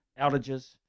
outages